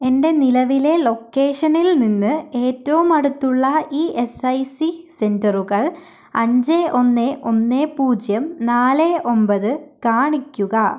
എൻ്റെ നിലവിലെ ലൊക്കേഷനിൽ നിന്ന് ഏറ്റവും അടുത്തുള്ള ഇ എസ് ഐ സി സെൻ്ററുകൾ അഞ്ച് ഒന്ന് ഒന്ന് പൂജ്യം നാല് ഒമ്പത് കാണിക്കുക